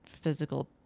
physical